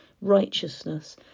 righteousness